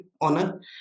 honor